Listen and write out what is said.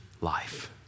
life